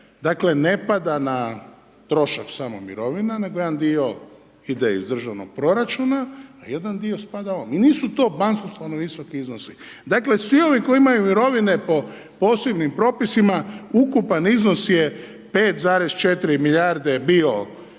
dakle na trošak samo mirovina nego jedan dio ide iz državnog proračuna a jedan dio spada .../Govornik se ne razumije./... nisu to basnoslovni visoki iznosi. Dakle, svi ovi koji imaju mirovine po posebnim propisima, ukupan iznos je 5,4 milijarde bio u 2017.